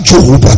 Job